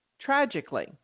Tragically